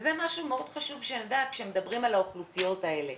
וזה משהו מאוד חשוב שנדע כשאנחנו מדברים על האוכלוסיות האלה.